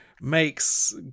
makes